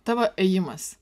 tavo ėjimas